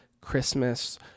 Christmas